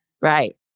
Right